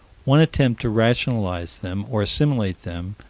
one attempt to rationalize them, or assimilate them,